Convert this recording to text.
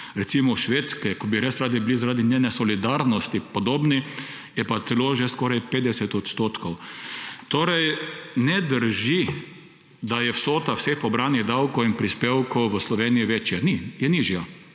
recimo Švedske, ki bi ji res radi bili zaradi njene solidarnosti podobni, je pa celo že skoraj 50 odstotkov. Torej ne drži, da je vsota vseh pobranih davkov in prispevkov v Sloveniji večja. Ni, je nižja!